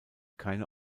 keine